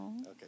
Okay